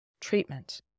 treatment